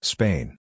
Spain